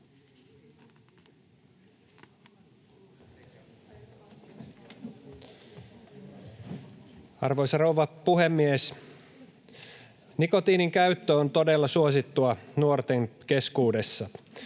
Arvoisa rouva puhemies! Nikotiinin käyttö on todella suosittua nuorten keskuudessa.